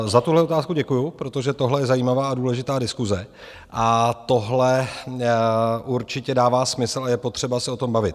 Za tuhle otázku děkuju, protože tohle je zajímavá a důležitá diskuse, tohle určitě dává smysl a je potřeba se o tom bavit.